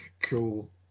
Cool